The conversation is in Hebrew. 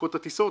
נפסקות הטיסות.